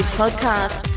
podcast